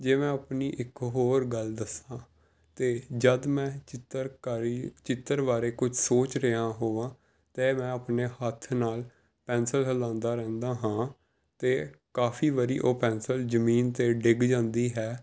ਜੇ ਮੈਂ ਆਪਣੀ ਇੱਕ ਹੋਰ ਗੱਲ ਦੱਸਾਂ ਤਾਂ ਜਦ ਮੈਂ ਚਿੱਤਰਕਾਰੀ ਚਿੱਤਰ ਬਾਰੇ ਕੁਛ ਸੋਚ ਰਿਹਾ ਹੋਵਾਂ ਅਤੇ ਮੈਂ ਆਪਣੇ ਹੱਥ ਨਾਲ ਪੈਨਸਿਲ ਹਿਲਾਉਂਦਾ ਰਹਿੰਦਾ ਹਾਂ ਅਤੇ ਕਾਫ਼ੀ ਵਾਰੀ ਉਹ ਪੈਨਸਲ ਜ਼ਮੀਨ 'ਤੇ ਡਿੱਗ ਜਾਂਦੀ ਹੈ